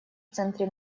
центре